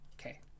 Okay